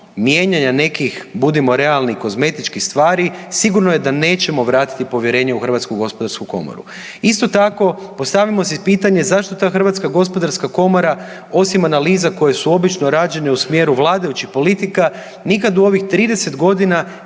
mijenjanja nekih budimo realni kozmetičkih stvari sigurno je da nećemo vratiti povjerenje u Hrvatsku gospodarsku komoru. Isto tako postavimo si pitanje zašto ta Hrvatska gospodarska komora osim analiza koje su obično rađene u smjeru vladajućih politika nikad u ovih 30 godina